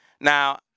Now